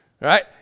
right